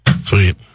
Sweet